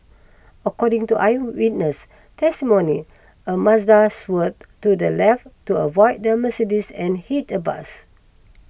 according to eyewitness testimony a Mazda swerved to the left to avoid the Mercedes and hit a bus